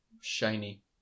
shiny